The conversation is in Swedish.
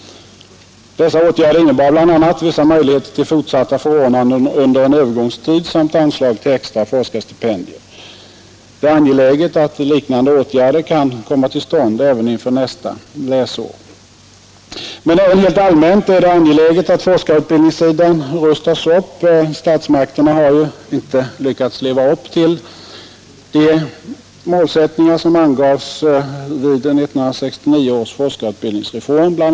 Dessa åtgärder innebar bl.a. vissa möjligheter till fortsatta förordnanden under en övergångstid samt anslag till extra forskarstipendier. Det är angeläget att liknande åtgärder kan komma till stånd även inför nästa läsår. Men även helt allmänt är det angeläget att forskarutbildningssidan rustas upp. Statsmakterna har ju inte lyckats leva upp till de målsättningar som angavs vid 1969 års forskarutbildningsreform. BI.